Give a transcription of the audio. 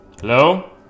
Hello